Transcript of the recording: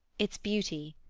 its beauty?